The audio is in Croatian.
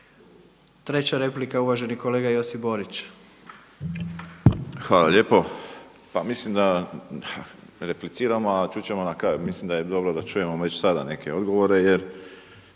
Treća replika uvaženi kolega Josip Borić. **Borić, Josip (HDZ)** Hvala lijepo. Pa mislim da repliciramo a čut ćemo na kraju, mislim da je dobro da čujemo već sada neke odgovore.